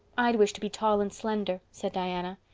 i'd wish to be tall and slender, said diana.